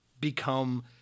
become